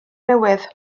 newydd